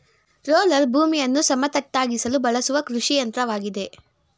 roller ಭೂಮಿಯನ್ನು ಸಮತಟ್ಟಾಗಿಸಲು ಬಳಸುವ ಕೃಷಿಯಂತ್ರವಾಗಿದೆ